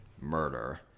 murder